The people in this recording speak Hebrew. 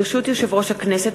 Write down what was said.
ברשות יושב-ראש הכנסת,